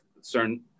certain